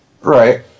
Right